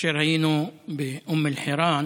כאשר היינו באום אל-חיראן,